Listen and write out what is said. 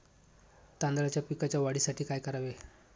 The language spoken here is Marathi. तांदळाच्या पिकाच्या वाढीसाठी काय करावे?